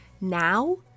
now